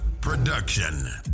production